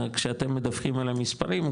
כשאתם מדווחים על המספרים,